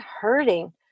hurting